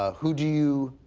who do you